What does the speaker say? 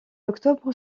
octobre